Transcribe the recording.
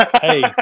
Hey